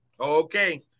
Okay